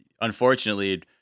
unfortunately